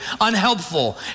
unhelpful